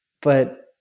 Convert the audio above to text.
But-